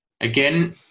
again